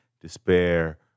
despair